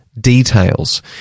details